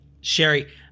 Sherry